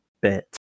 bit